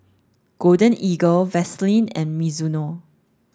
Golden Eagle Vaseline and Mizuno